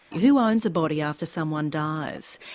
who owns a body after someone dies?